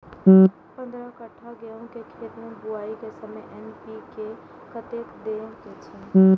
पंद्रह कट्ठा गेहूं के खेत मे बुआई के समय एन.पी.के कतेक दे के छे?